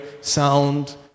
sound